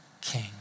king